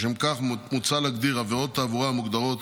לשם כך מוצע להגדיר עבירות תעבורה המוגדרות